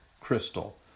crystal